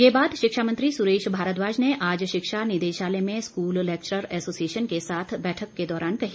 ये बात शिक्षा मंत्री सुरेश भारद्वाज ने आज शिक्षा निदेशालय में स्कूल लैक्चरर एसोसिएशन के साथ बैठक के दौरान कही